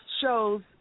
shows